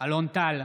אלון טל,